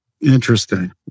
Interesting